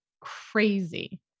crazy